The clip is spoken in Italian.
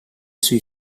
sui